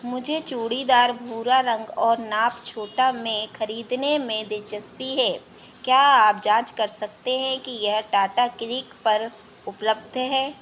मुझे चूड़ीदार भूरा रंग और नाप छोटा में खरीदने में दिलचस्पी है क्या आप जाँच सकते हैं कि यह टाटा क्लिक पर उपलब्ध है